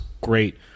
great –